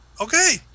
okay